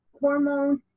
hormones